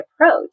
approach